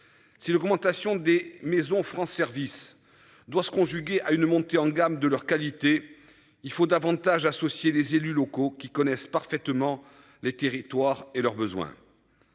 Si l'augmentation des maison France Service doit se conjuguer à une montée en gamme de leur qualité. Il faut davantage associer les élus locaux qui connaissent parfaitement les territoires et leurs besoins.